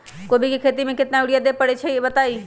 कोबी के खेती मे केतना यूरिया देबे परईछी बताई?